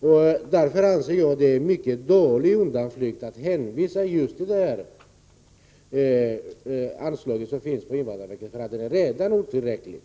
Jag anser därför att det är en mycket dålig undanflykt att hänvisa till detta anslag hos invandrarverket — det är redan otillräckligt.